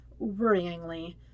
worryingly